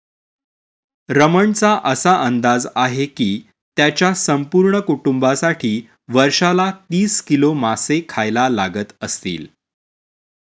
रमणचा असा अंदाज आहे की त्याच्या संपूर्ण कुटुंबासाठी वर्षाला तीस किलो मासे खायला लागत असतील